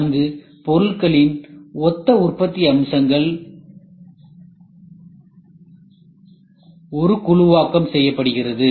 அங்கு பொருள்களின் ஒத்த உற்பத்தி அம்சங்கள் ஒகுழுவாக்கம் செய்யப்படுகிறது